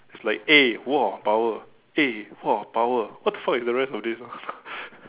it's like eh !wah! power eh !wah! power what the fuck is the rest of this ah